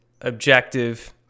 objective